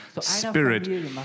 spirit